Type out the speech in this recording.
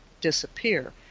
disappear